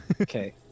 Okay